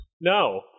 no